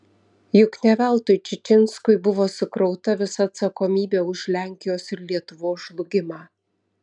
juk ne veltui čičinskui buvo sukrauta visa atsakomybė už lenkijos ir lietuvos žlugimą